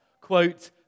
quote